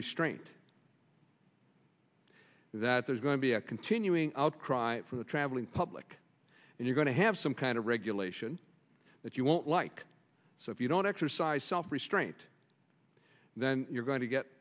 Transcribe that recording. restraint that there's going to be a continuing outcry from the traveling public and you're going to have some kind of regulation that you won't like so if you don't exercise self restraint then you're going to get